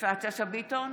יפעת שאשא ביטון,